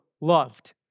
loved